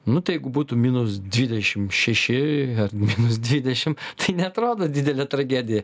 nu tai jeigu būtų minus dvidešim šeši minus dvidešim tai neatrodo didelė tragedija